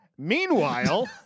Meanwhile